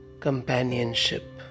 Companionship